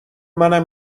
منم